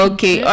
Okay